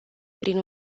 prin